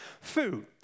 food